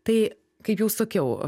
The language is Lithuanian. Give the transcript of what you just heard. tai kaip jau sakiau